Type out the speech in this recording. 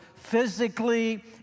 physically